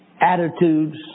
attitudes